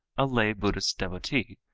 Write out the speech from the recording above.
a lay buddhist devotee,